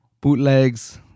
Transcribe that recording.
bootlegs